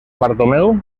bartomeu